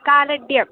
कालड्डियम्